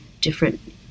different